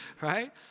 right